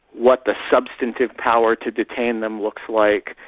what the substantive power to detain them looks like,